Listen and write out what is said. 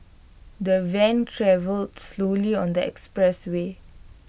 the van travelled slowly on the expressway